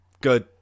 good